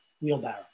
wheelbarrow